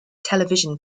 television